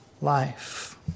life